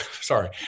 Sorry